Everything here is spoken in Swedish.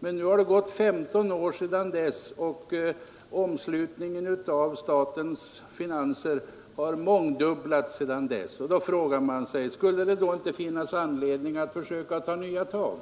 Men nu har det gått 15 år sedan dess och omslutningen av statens finanser har mångdubblats. Då frågar man sig: Skulle det nu inte finnas anledning att försöka ta nya tag?